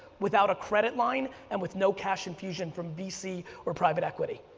without a credit line, and with no cash infusion from bc, or private equity.